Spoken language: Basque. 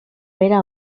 bera